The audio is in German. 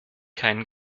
keinen